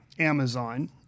Amazon